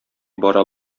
бара